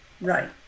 Right